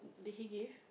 did he give